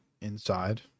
inside